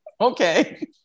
Okay